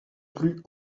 plus